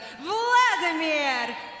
Vladimir